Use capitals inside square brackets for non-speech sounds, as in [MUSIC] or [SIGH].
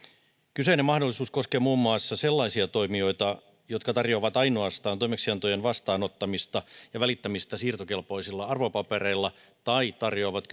kyseinen mahdollisuus koskee muun muassa sellaisia toimijoita jotka tarjoavat ainoastaan toimeksiantojen vastaanottamista ja välittämistä siirtokelpoisilla arvopapereilla tai tarjoavat [UNINTELLIGIBLE]